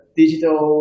digital